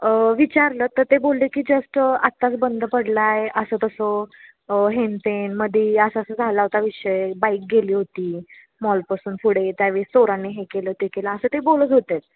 विचारलं तर ते बोलले की जस्ट आत्ताच बंद पडला आहे असं तसं हेनतेन मध्ये असं असं झाला होता विषय बाईक गेली होती मॉलपासून पुढे त्यावेळेस चोरांनी हे केलं ते केलं असं ते बोलत होते